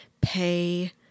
pay